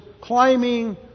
climbing